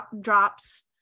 drops